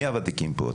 מי הוותיקים כאן?